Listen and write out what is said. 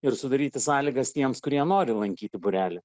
ir sudaryti sąlygas tiems kurie nori lankyti būrelį